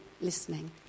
listening